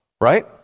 right